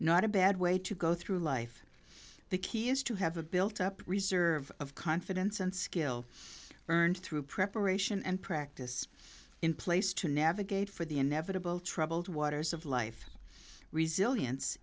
not a bad way to go through life the key is to have a built up reserve of confidence and skill earned through preparation and practice in place to navigate for the inevitable troubled waters of life resilience